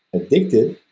addicted,